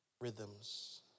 rhythms